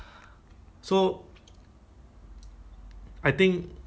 actually oh at first maybe they ask them to go out lah say don't come here because